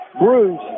Bruce